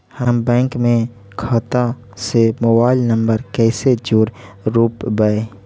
हम बैंक में खाता से मोबाईल नंबर कैसे जोड़ रोपबै?